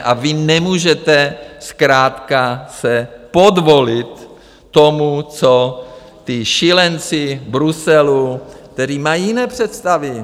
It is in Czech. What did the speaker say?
A vy nemůžete zkrátka se podvolit tomu, co ti šílenci v Bruselu, kteří mají jiné představy...